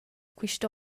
quist